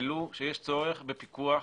העלו שיש צורך בפיקוח,